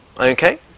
Okay